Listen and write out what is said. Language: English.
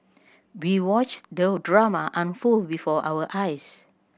we watched the drama unfold before our eyes